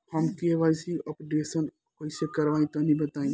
हम के.वाइ.सी अपडेशन कइसे करवाई तनि बताई?